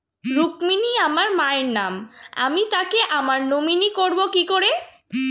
রুক্মিনী আমার মায়ের নাম আমি তাকে আমার নমিনি করবো কি করে?